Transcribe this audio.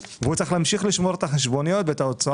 הוא צריך להמשיך לשמור את החשבוניות ואת ההוצאות?